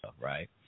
right